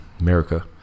America